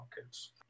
markets